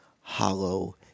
hollow